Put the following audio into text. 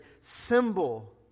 symbol